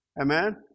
Amen